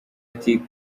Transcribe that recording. ati